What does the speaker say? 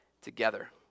together